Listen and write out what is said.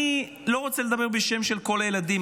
אני לא רוצה לדבר בשם כל הילדים,